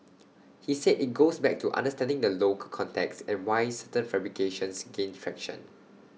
he said IT goes back to understanding the local context and why certain fabrications gain traction